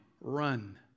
run